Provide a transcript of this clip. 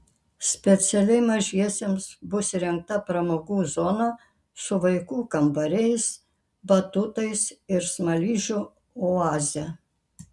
specialiai mažiesiems bus įrengta pramogų zona su vaikų kambariais batutais ir smaližių oaze